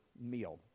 meal